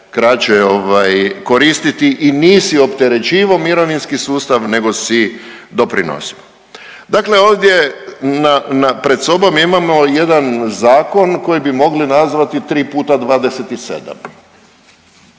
kraće koristiti i nisi opterećivao mirovinski sustav nego si doprinosio. Dakle, ovdje pred sobom imamo jedan zakon koji bi mogli nazvati 3 puta 27.